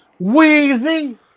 Weezy